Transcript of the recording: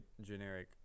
generic